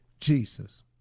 Jesus